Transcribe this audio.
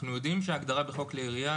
אנחנו יודעים שההגדרה בחוק כלי ירייה,